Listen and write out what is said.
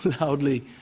loudly